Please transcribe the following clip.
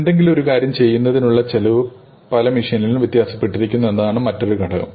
എന്തെങ്കിലും ഒരു കാര്യം ചെയ്യുന്നതിനുള്ള ചെലവ് പല മെഷിനുകളിലും വ്യത്യാസപ്പെട്ടിരിക്കുന്നു എന്നതാണ് മറ്റൊരു ഘടകം